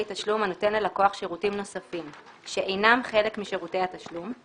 תשלום הנותן ללקוח שירותים נוספים שאינם חלק משירותי התשלום,